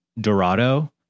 Dorado